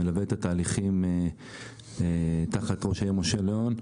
מלווה את התהליכים תחת ראש העיר משה לאון.